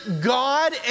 God